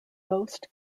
ghost